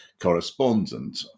correspondent